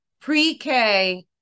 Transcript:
pre-K